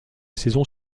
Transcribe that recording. saison